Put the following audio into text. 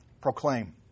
Proclaim